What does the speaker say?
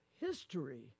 history